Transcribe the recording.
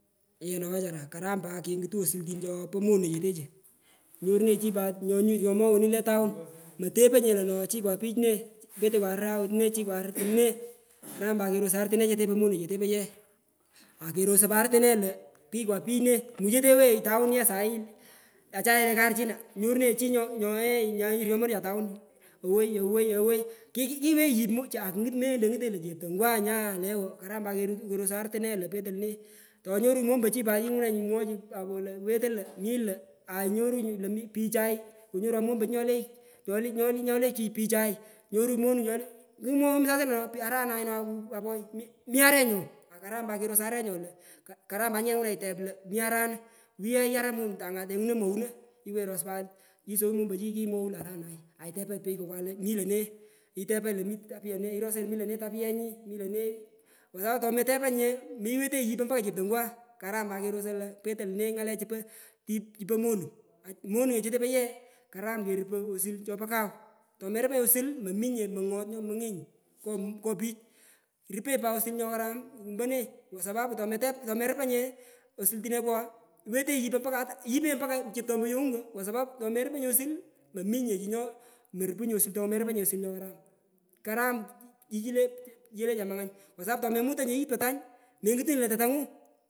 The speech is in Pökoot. Yoe na achara karam pat kengutu osultin chopo mone chete chu nyorunenyi chi pat ryomo woni le taun motepoi nye lono chikwa pich ne petokwa chikwa arne karam pat kerosoi artune chete po monechete poye akerosoi pat artine lo chikwa pich ne imukenyi towo tun ye sahi ye achaye karachina nyorunenyi chii nyo nyoye nyoryyonenecha ye taun owoi owoi kuwengi yu moochu ngutonyi lone lo cheptongwa ndo ewo karam par kerup kerosoi artune lo ketoi lone itonyorunyi mombochi pat ingunanyi imwochu papongu lo wetoi lo mi lo anyorunyi lo mi pich puchai ronyurwan mombochi nyole nyole pichai nyorunyi monechoni kung kumwowunyi lono apoi mi arenyo akaram pat kerosoi arenyo lo karam pat nyukengunangi itep lo mi aranu wuyo yara montanga tenyono mwoghuno iwenyi ros pat pat sowunyi mombochi kimwowungi lo aranai altepanyi pei kokwa lo mi lone itepanyi mi tapia ne mi lore tapianyi mi lone kwa sapu tonetepanyinye iwotenyi yipoi mpaka chetongwa nyo karam pat kerosoi lo petoi lone ngale chu po tip chu po monung imonechete po ye karam kerupoi osul chopo kau tomeru panyinye osul mominye mongot nyoimongenyi ngo ngo pich rupenyi pat osul nyokaram mpore kwa sapu tometep tomerupanyinye osultinekwo wetenyi mpaka ata yipenyi mpaka cheptompo yongu ko kwa sapapu torue ripenyinye osil mominye chii nyo morupunyinye osul tomerupanyinye osil nyokaram karam chichu le chamangang kwa supu tomemutanyinye yit po tany mengutunyinye tetangu.